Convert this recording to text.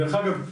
דרך אגב,